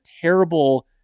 terrible